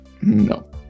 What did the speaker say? No